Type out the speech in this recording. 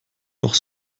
doch